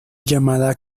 llamada